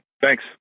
thanks